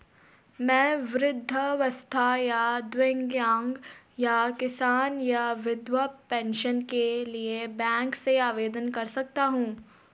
मैं वृद्धावस्था या दिव्यांग या किसान या विधवा पेंशन के लिए बैंक से आवेदन कर सकता हूँ?